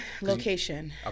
Location